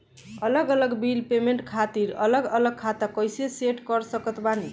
अलग अलग bill payment खातिर अलग अलग खाता कइसे सेट कर सकत बानी?